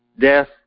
death